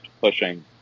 pushing